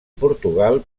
portugal